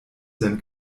sein